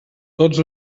tots